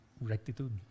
Rectitude